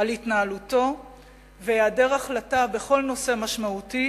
על התנהלותו והעדר החלטה בכל נושא משמעותי